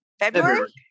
February